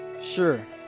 Sure